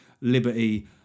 liberty